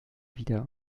wieder